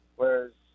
whereas